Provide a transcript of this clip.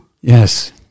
yes